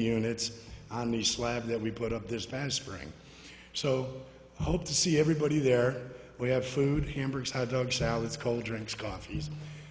units on the slab that we put up this past spring so i hope to see everybody there we have food hamburgers have dogs out it's cold drinks coffees